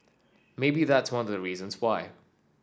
maybe that's one of the reasons why